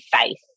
faith